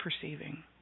perceiving